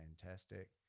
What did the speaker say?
fantastic